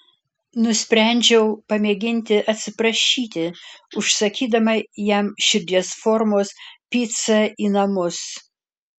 nusprendžiau pamėginti atsiprašyti užsakydama jam širdies formos picą į namus